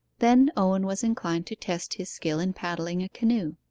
then owen was inclined to test his skill in paddling a canoe.